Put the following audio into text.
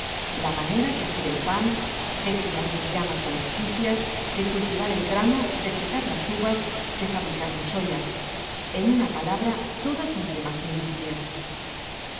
la manera de hacer el pan de criar mis llamas domésticias de cultivar el grano de secar las uvas de fabricar mis ollas en una palabra todas mis demas industrias